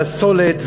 הסולת,